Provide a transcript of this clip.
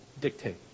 dictate